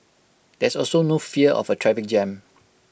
there's also no fear of A traffic jam